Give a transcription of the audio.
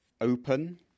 open